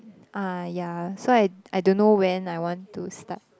uh ya so I I don't know when I want to start